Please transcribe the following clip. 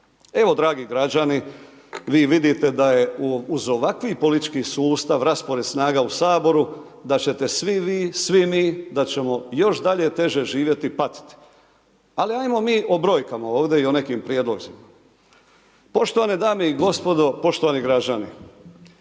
Evo dragi građani, vi vidite da je uz ovakav politički sustav, raspored snaga u Saboru da ćete svi vi, svi mi da ćemo još dalje teže živjeti i patiti. Ali ajmo mi o brojkama ovdje i o nekim prijedlozima. Poštovane dame i gospodo, poštovani građani.